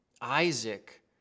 Isaac